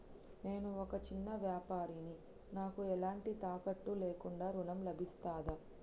నేను ఒక చిన్న వ్యాపారిని నాకు ఎలాంటి తాకట్టు లేకుండా ఋణం లభిస్తదా?